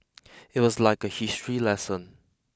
it was like a history lesson